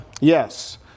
Yes